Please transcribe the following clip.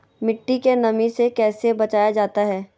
मट्टी के नमी से कैसे बचाया जाता हैं?